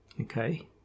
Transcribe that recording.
okay